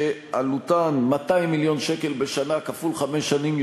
שעלותן 200 מיליון שקל בשנה כפול חמש שנים,